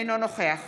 אינו נוכח